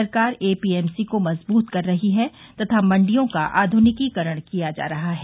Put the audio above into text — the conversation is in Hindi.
सरकार एपीएमसी को मजबूत कर रही है तथा मंडियों का आध्निकीकरण किया जा रहा है